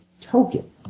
token